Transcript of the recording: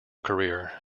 career